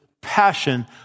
passion